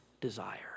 desire